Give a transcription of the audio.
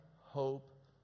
hope